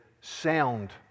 sound